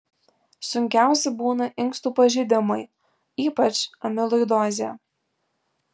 sunkiausi būna inkstų pažeidimai ypač amiloidozė